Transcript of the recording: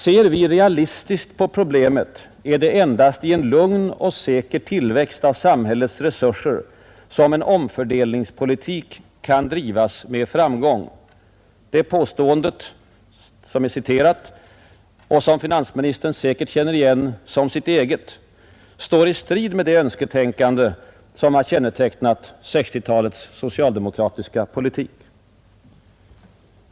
”Ser vi realistiskt på problemet är det endast i en lugn och säker tillväxt av samhällets resurser som en omfördelningspolitik kan drivas med framgång.” Det påståendet — som finansministern säkert känner igen som sitt eget — står i strid med det önsketänkande som kännetecknat 1960-talets socialdemokratiska politik.